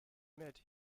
mrt